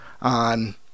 on